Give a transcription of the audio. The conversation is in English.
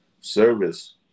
service